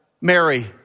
Mary